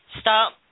stop